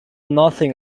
nothing